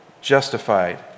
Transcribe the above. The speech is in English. justified